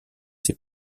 ses